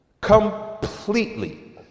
Completely